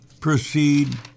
proceed